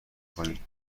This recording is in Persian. کنیم